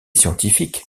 scientifique